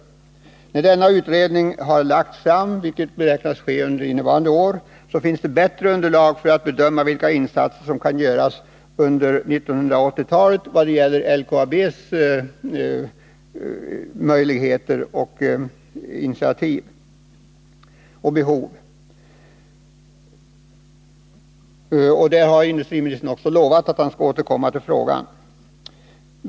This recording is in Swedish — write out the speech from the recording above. När resultatet av denna utredning lagts fram, vilket beräknas ske under innevarande år, finns det bättre underlag för att bedöma vilka insatser som kan göras under 1980-talet för LKAB. Industriministern har också lovat att han skall återkomma till frågan.